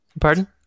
pardon